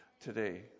today